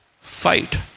fight